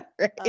right